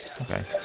Okay